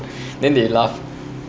then they laugh